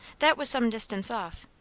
that was some distance off.